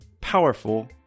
powerful